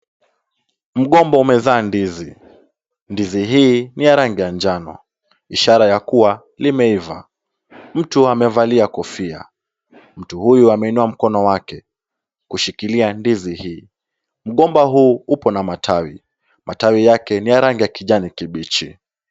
Mgomba umezaa ndizi. Ndizi hii ni ya rangi ya njano. Ishara ya kuwa limeiva. Mtu amevalia kofia. Mtu huyu ameinua mkono wake kushikilia ndizi hii. Mgomba huu uko na matawi. Matawi yake ni ya rangi ya kijani kibichi.